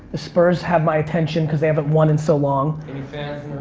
the spurs have my attention because they haven't won in so long. any fans